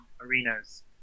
arenas